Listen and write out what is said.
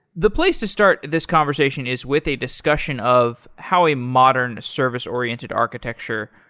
the place to start this conversation is with a discussion of how a modern service-oriented architecture,